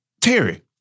Terry